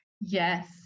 yes